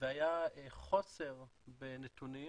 והיה חוסר בנתונים,